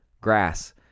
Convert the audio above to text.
grass